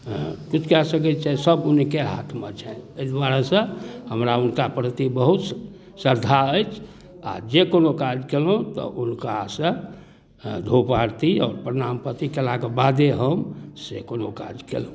किछु कऽ सकै छथि सब हुनके हाथमे छनि एहि दुआरेसँ हमरा हुनका प्रति बहुत श्रद्धा अछि आओर जे कोनो काज केलहुँ तऽ हुनका से धूप आरती आओर प्रणाम पाती केलाक बादे हम से कोनो काज केलहुँ